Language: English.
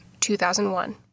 2001